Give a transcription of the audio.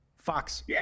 Fox